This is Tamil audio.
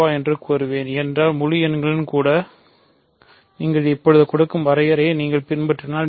வ என்று கூறுவோம் ஏனென்றால் முழு எண்களில் கூட நீங்கள் இப்போது கொடுக்கும் வரையறையை நீங்கள் பின்பற்றினால்